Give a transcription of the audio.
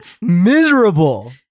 Miserable